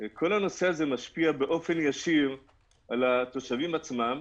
כל זה משפיע באופן ישיר על התושבים עצמם,